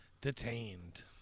Detained